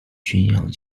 巡洋舰